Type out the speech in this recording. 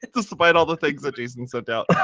despite all the things that jason sent out.